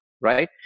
right